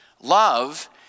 Love